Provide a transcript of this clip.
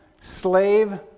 Slave